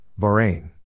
Bahrain